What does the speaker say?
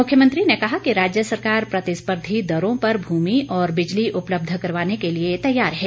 मुख्यमंत्री ने कहा कि राज्य सरकार प्रतिस्पर्धी दरों पर भूमि और बिजली उपलब्ध करवाने के लिए तैयार है